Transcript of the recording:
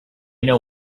know